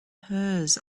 hers